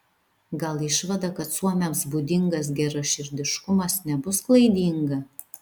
gal išvada kad suomiams būdingas geraširdiškumas nebus klaidinga